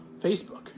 facebook